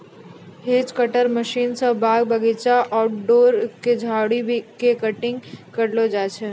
hedge cutter machine स बाग बगीचा, आउटडोर के झाड़ी के कटिंग करलो जाय छै